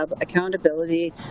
accountability